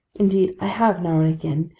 indeed, i have, now and again,